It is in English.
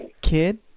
kid